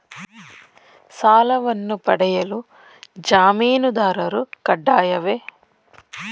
ಸಾಲವನ್ನು ಪಡೆಯಲು ಜಾಮೀನುದಾರರು ಕಡ್ಡಾಯವೇ?